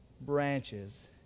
branches